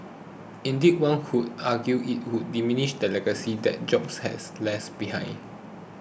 indeed one could argue it would diminish the legacy that Jobs has less behind